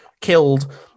killed